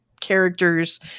characters